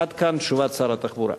עד כאן תשובת שר התחבורה.